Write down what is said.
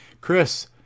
Chris